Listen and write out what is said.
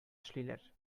эшлиләр